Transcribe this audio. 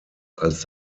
als